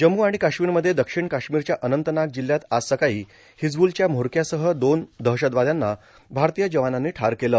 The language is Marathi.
जम्मू आणि काश्मीरमध्ये दक्षिण काश्मीरच्या अनंतनाग जिल्ह्यात आज सकाळी हिजबुलच्या मोरक्यासह दोन दहशतवाद्यांना भारतीय जवानांनी ठार केलं